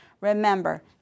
Remember